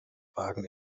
wagen